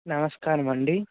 నమస్కారమండి